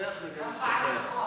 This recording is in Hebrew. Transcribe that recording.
נוכח וגם ישוחח.